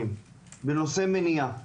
לגבי מניעה